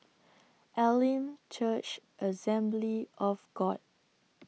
Elim Church Assembly of God